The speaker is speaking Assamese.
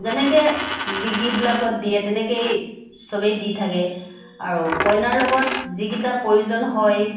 যেনেকৈ বিগিবিলাকত দিয়ে তেনেকেই চবেই দি থাকে আৰু কইনাৰ লগত যিকেইটা প্ৰয়োজন হয়